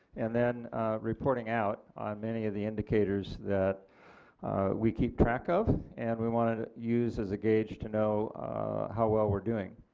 and then reporting out on many of the indicators we we keep track of and we want to use as a gauge to know how well we are doing.